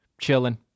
chilling